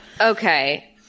Okay